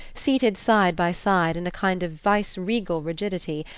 seated side by side in a kind of viceregal rigidity,